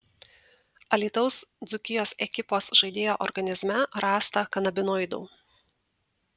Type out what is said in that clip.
alytaus dzūkijos ekipos žaidėjo organizme rasta kanabinoidų